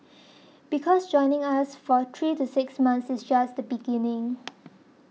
because joining us for three to six months is just the beginning